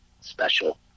special